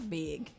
big